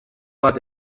bat